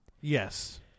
Yes